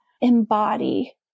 embody